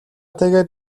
тэгээд